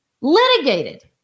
litigated